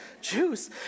Juice